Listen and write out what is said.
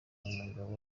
umugabo